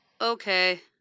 Okay